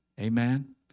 Amen